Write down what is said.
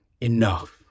enough